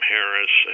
Harris